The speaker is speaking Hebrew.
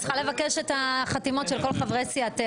את צריכה לבקש את החתימות של כל חברי סיעתך.